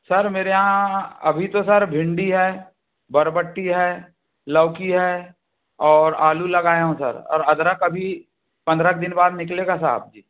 sir मेरे यहाँ अभी तो सर भिंडी है बरबट्टी है लौकी है और आलू लगाया हूँ सर और अदरक अभी पंद्रह दिन बाद निकलेगा साहब जी